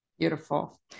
Beautiful